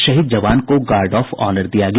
शहीद जवान को गार्ड ऑफ ऑनर दिया गया